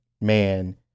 man